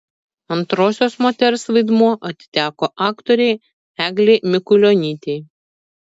antrosios moters vaidmuo atiteko aktorei eglei mikulionytei